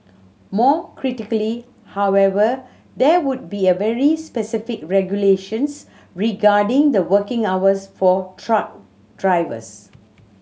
more critically however there would be very specific regulations regarding the working hours for truck drivers